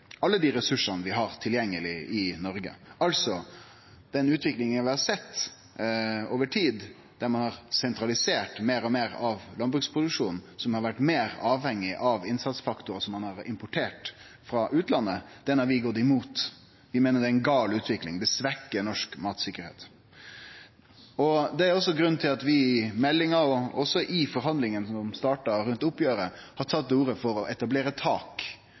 alle dei ressursane vi har tilgjengeleg i Noreg. Den utviklinga vi har sett over tid, der ein har sentralisert meir og meir av landbruksproduksjonen, og der ein har vore meir avhengig av innsatsfaktorar som ein har importert frå utlandet, har vi altså gått imot. Vi meiner det er feil utvikling, ho svekkjer norsk mattryggleik. Det er også grunnen til at vi i samband med meldinga og i forhandlingane rundt oppgjeret, som har starta, har tatt til orde for å etablere eit tak